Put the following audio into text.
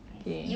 okay